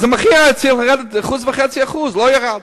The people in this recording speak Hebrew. אז המחיר היה צריך לרדת ב-1.5%, והוא לא ירד.